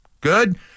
good